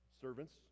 Servants